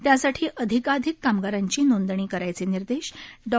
त्यासाठी अधिकाधिक कामगारांची नोंदणी करायचे निर्देश डॉ